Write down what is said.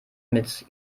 mit